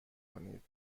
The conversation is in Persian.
کنید